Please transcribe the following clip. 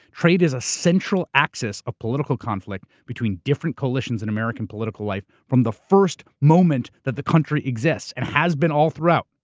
trade is a central axis of political conflict between different coalitions in american political life from the first moment that the country exists, and has been all throughout.